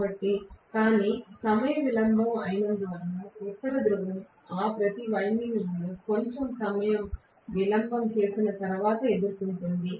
కానీ సమయ విలంబం అయినందున ఉత్తర ధ్రువం ఆ ప్రతి వైండింగ్ లను కొంచెం సమయ విలంబం చేసిన తరువాత ఎదుర్కొంటుంది